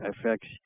affects